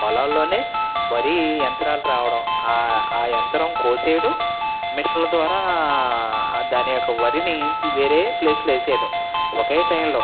పొలాల్లోనే వరి యంత్రాలు రావడం ఆ యంత్రం కోసేయడం మెషిన్ల ద్వారా దానియొక్క వరిని వేరే ప్లేస్లో వేసేయడం ఒకే టైంలో